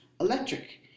electric